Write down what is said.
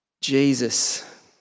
Jesus